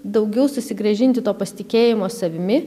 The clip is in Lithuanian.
daugiau susigrąžinti to pasitikėjimo savimi